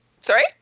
Sorry